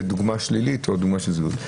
זו דוגמה שלילית או דוגמה לזילות.